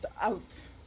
Out